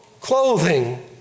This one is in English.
clothing